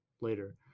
later